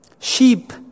Sheep